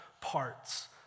parts